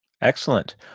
Excellent